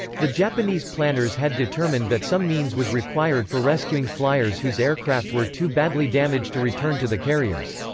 the japanese planners had determined that some means was required for rescuing fliers whose aircraft were too badly damaged to return to the carriers.